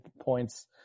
points